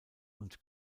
und